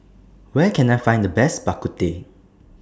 Where Can I Find The Best Bak Ku Teh